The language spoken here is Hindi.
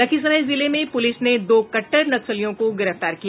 लखीसराय जिले में पूलिस ने दो कट़टर नक्सलियों को गिरफ्तार किया